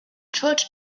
church